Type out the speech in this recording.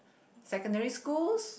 secondary schools